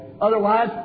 Otherwise